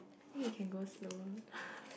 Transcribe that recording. I think you can go slower